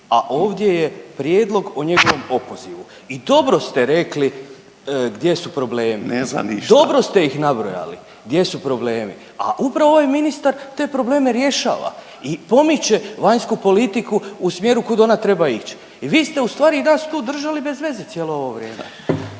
suverenisti)** Ne zna ništa. **Totgergeli, Miro (HDZ)** Dobro ste ih nabrojali gdje su problemi, a upravo ovaj ministar te probleme rješava i pomiče vanjsku politiku u smjeru kud ona treba ić i vi ste u stvari i nas tu držali bez veze cijelo ovo vrijeme.